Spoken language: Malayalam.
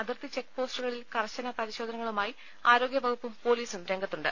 അതിർത്തി ചെക്ക്പോസ്റ്റുകളിൽ കർശന പരിശോധനകളു മായി ആരോഗ്യവകുപ്പും പൊലീസും രംഗത്തുണ്ട്